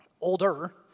older